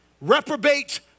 reprobate